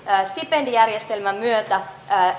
stipendijärjestelmän myötä